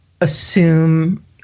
assume